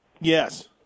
Yes